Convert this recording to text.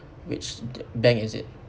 which bank is it